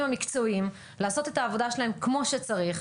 המקצועיים לעשות את העבודה שלהם כמו שצריך.